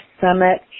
Summit